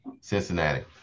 Cincinnati